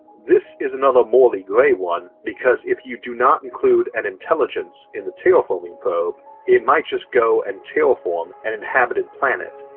this is another morally grey one because if you do not include an intelligence in that terraforming probe it might just go and terraform an inhabited planet,